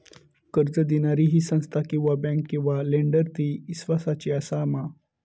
कर्ज दिणारी ही संस्था किवा बँक किवा लेंडर ती इस्वासाची आसा मा?